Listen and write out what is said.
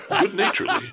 good-naturedly